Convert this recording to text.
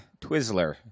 Twizzler